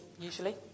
usually